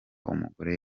umugore